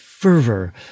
fervor